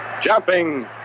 Jumping